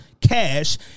cash